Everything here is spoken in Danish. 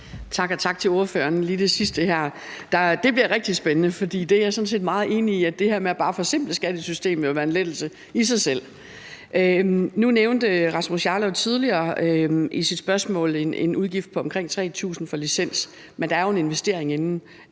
Tak. Og tak til ordføreren. Lige til det sidste her vil jeg sige, at det bliver rigtig spændende, for jeg er sådan set meget enig i, at bare det her med at forsimple skattesystemet vil være en lettelse i sig selv. Nu nævnte Rasmus Jarlov tidligere i et spørgsmål en udgift på omkring 3.000 kr. for licens, men der er jo en investering inden.